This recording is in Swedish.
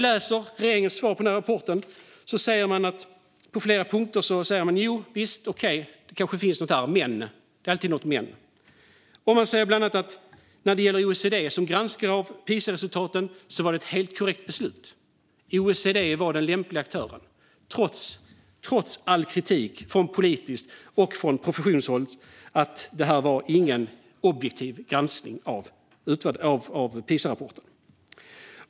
I regeringens svar på rapporten säger de på flera punkter att det kanske finns något där, men . Det är alltid ett "men". När det gäller OECD som granskare av Pisaresultaten säger de bland annat att det var ett helt korrekt beslut och att OECD var den lämpliga aktören, trots all kritik från politiskt håll och från professionshållet om att det inte var en objektiv granskning av Pisarapporten.